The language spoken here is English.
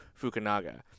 Fukunaga